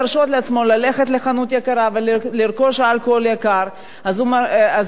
ולרכוש אלכוהול יקר קונה דווקא אלכוהול אמיתי.